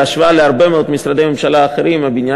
בהשוואה להרבה מאוד משרדי ממשלה אחרים הבניין